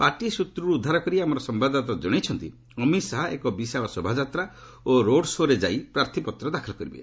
party ସୂତ୍ରରୁ ଉଦ୍ଧାର କରି ଆମର ସମ୍ଭାଦଦାତା ଜଣାଇଛନ୍ତି ଅମିତ ଶାହା ଏକ ବିଶାଳ ଶୋଭାଯାତ୍ରା ଓ ରୋଡ୍ ଶୋରେ ଯାଇ ପ୍ରାର୍ଥୀପତ୍ର ଦାଖଲ କରିବେ